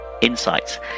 insights